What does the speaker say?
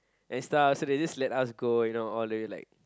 and stuff so they just let us go you know all the way like